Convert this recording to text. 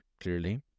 clearly